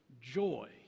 joy